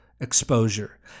Exposure